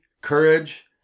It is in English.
courage